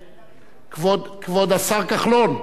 כבוד השר כחלון,